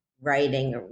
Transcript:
writing